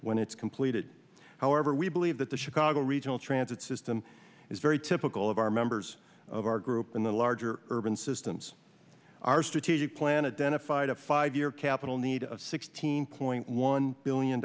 when it's completed however we believe that the chicago regional transit system is very typical of our members of our group in the larger urban systems our strategic plan adenike fight a five year capital need of sixteen point one billion